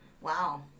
Wow